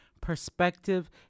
Perspective